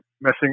messing